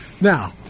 Now